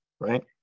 right